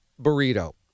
burrito